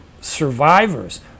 survivors